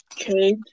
Okay